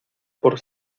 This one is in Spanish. por